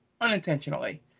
unintentionally